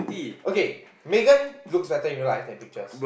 okay Megan looks better in real life than pictures